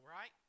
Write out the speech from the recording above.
right